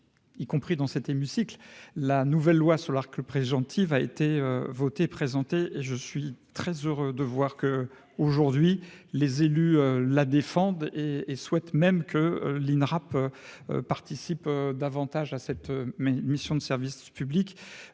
y compris dans cet hémicycle, la nouvelle loi sur l'arc, le préventive a été votée, présenté je suis très heureux de voir que, aujourd'hui, les élus la défendent et et souhaite même que l'Inrap participent davantage à cette mission de service public,